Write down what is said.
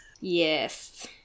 Yes